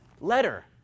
letter